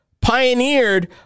pioneered